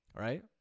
right